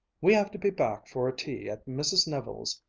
we have to be back for a tea at mrs. neville's,